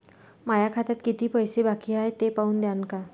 माया खात्यात कितीक पैसे बाकी हाय हे पाहून द्यान का?